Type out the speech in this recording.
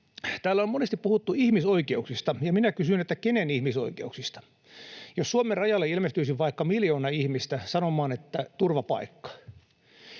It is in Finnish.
Täällä on monesti puhuttu ihmisoikeuksista, ja minä kysyn: kenen ihmisoikeuksista? Jos Suomen rajalle ilmestyisi vaikka miljoona ihmistä sanomaan ”turvapaikka”,